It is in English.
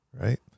right